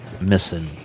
missing